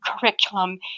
curriculum